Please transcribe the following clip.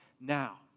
Now